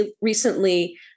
recently